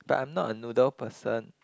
but I'm not a noodle person